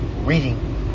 reading